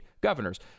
governors